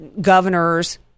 governors